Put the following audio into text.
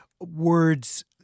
words